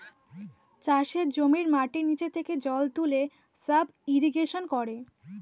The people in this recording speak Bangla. চাষের জমির মাটির নিচে থেকে জল তুলে সাব ইরিগেশন করে